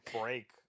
break